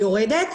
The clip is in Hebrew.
יורדת.